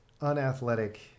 unathletic